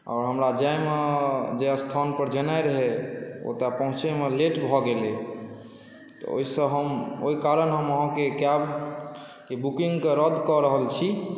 आओर हमरा जाइमे जाहि स्थानपर जेनाइ रहै ओतय पहुँचैमे लेट भऽ गेलै ओहिसँ हम ओहि कारण अहाँके कैबके बुकिंगकेँ रद्द कऽ रहल छी